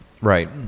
Right